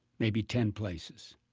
maybe ten places